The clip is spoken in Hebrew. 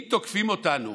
אם תוקפים אותנו